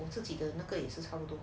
我自己的那个一次差不多